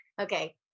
Okay